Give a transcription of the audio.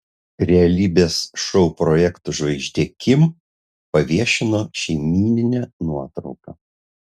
realybės šou projektų žvaigždė kim paviešino šeimyninę nuotrauką